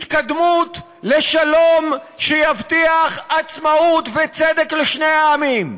התקדמות לשלום שיבטיח עצמאות וצדק לשני העמים.